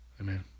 Amen